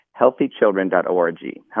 Healthychildren.org